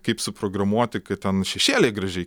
kaip suprogramuoti kad ten šešėliai gražiai